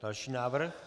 Další návrh.